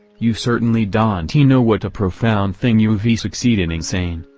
you certainly don t know what a profound thing you ve succeeded in saying,